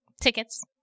tickets